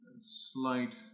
slight